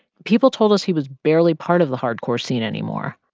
people told us he was barely part of the hardcore scene anymore.